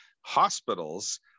hospitals